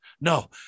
No